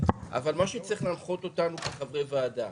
אבל מה שצריך להנחות אותנו כחברי ועדה,